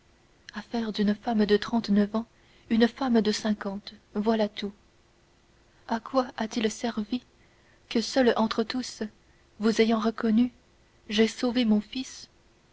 faire d'une femme de trente-neuf ans une femme de cinquante voilà tout à quoi a-t-il servi que seule entre tous vous ayant reconnu j'aie seulement sauvé mon fils